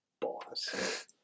Boss